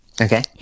Okay